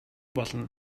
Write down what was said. болно